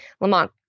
Lamont